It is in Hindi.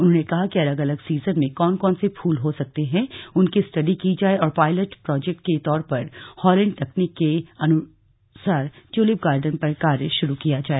उन्होंने कहा कि अलग अलग सीजन में कौन कौन से फूल हो सकते हैं उसकी स्टडी की जाए और पॉयलट प्रोजेक्ट के तौर पर हालैण्ड तकनीक के अनुसार ट्यूलिप गार्डन पर कार्य शुरू किया जाए